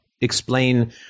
explain